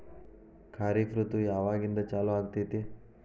ಖಾರಿಫ್ ಋತು ಯಾವಾಗಿಂದ ಚಾಲು ಆಗ್ತೈತಿ?